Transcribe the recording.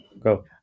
Go